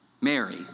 Mary